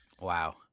Wow